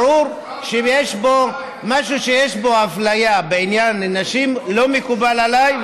ברור שאם יש פה משהו שיש בו אפליה בעניין נשים זה לא מקובל עליי,